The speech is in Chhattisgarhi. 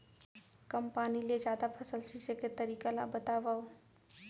कम पानी ले जादा फसल सींचे के तरीका ला बतावव?